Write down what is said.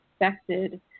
expected